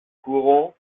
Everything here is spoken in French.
courant